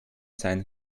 sein